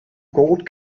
gold